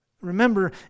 Remember